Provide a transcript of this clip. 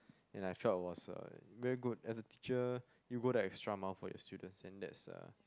and I felt it was a very good as a teacher you go the extra mile for your students and that's uh